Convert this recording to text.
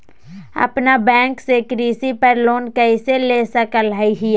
अपना बैंक से कृषि पर लोन कैसे ले सकअ हियई?